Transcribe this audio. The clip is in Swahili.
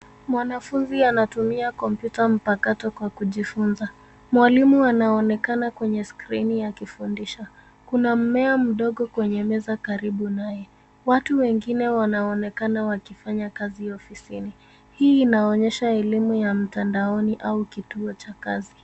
Mwanafunzi anatumia kompyuta mpakato kwa kujifunza. Mwalimu anaonekana kwenye skrini akifundisha. Kuna mmea mdogo kwenye meza karibu naye. Watu wengine wanaonekana wakifanya kazi ofisini. Hii inaonyesha elimu ya mtandaoni au kituo cha kazi.